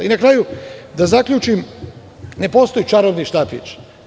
Na kraju, da zaključim, ne postoji čarobni štapić.